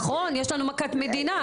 נכון, יש לנו מכת מדינה.